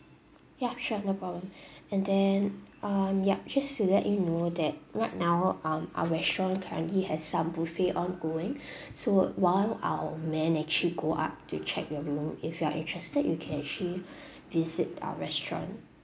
ya sure no problem and then um yup just to let you know that right now um our restaurant currently has some buffet ongoing so while our man actually go up to check your room if you are interested you can actually visit our restaurant